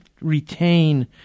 retain